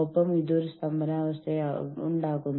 അവർ അവരുടെ ആശയവുമായി വരുന്നു